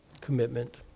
commitment